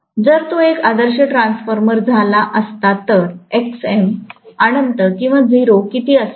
जर तो एक आदर्श ट्रान्सफॉर्मर झाला असता तर Xm अनंत किंवा 0 किती असेल